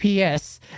PS